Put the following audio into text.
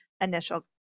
initial